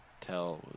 tell